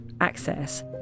access